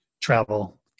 travel